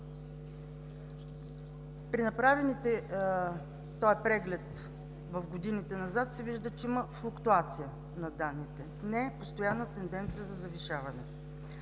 При направения преглед в годините назад се вижда, че има флуктуация на данните, тоест не е постоянна тенденцията на завишаване.